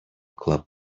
club